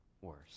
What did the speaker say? worse